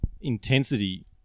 intensity